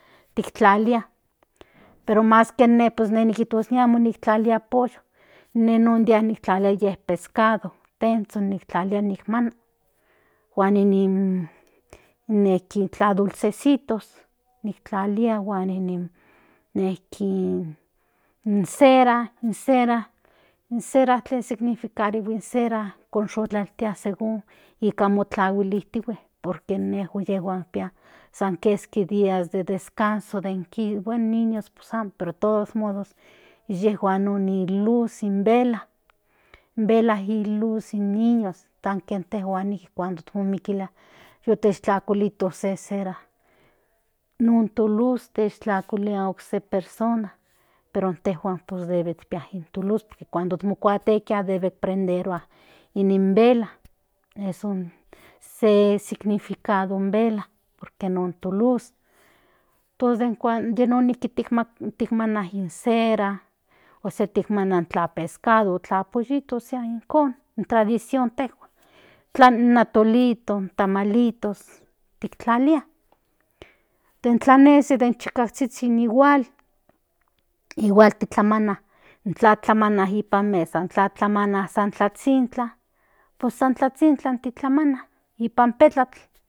Pero mas kienne ni kitos ine amo ni tlalia pos ine non dia ni tlalia pescados tenzhon nijtlalia ni maman huan nin tla dulcesitos tiktlalia huan nin nejki in cera in cera tlen significarihui in cera signiicarihui kontlasholtia según tlahuehuentihue por inyejuan pia san keski días de descanso bueno in niño pues amo pero de odos modos inyejuan in nin luz in vela in velas in luz in niños tan kin tejuaan momikilia yu techkualito cera non to luz otlakuilia se persona pero intejuan pus debe ikpiaske in to luz den cuando mokuatekia prenderua in vela se significado in vela por que non tu. luz tos yi cuando onekiti tikmanas in cera ósea tiktlamana pescado tla pollito san nijko intradicion intejuan in atolito in tamalito tiktlalia in tla nes i den chikazhizhin igyal titlamana ipan mesa in tla tlamana ipan zhintla pues ipan in zhintla nipan tezhatl.